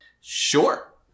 Sure